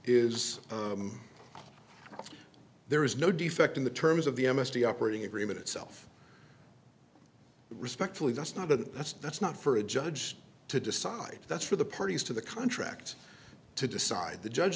is there is no defect in the terms of the m s t operating agreement itself respectfully that's not a that's that's not for a judge to decide that's for the parties to the contract to decide the judge